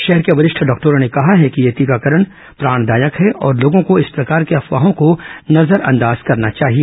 शहर को वरिष्ठ डॉक्टरों ने कहा है कि यह टीकाकरण प्राणदायक है और लोगों को इस प्रकार के अफवाहों को नजरअंदाज करना चाहिए